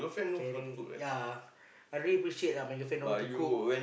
caring ya I really put it straight lah my girlfriend know how to cook